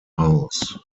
house